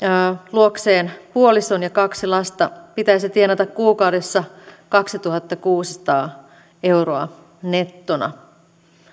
luokseen puolison ja kaksi lasta pitäisi tienata kuukaudessa kaksituhattakuusisataa euroa nettona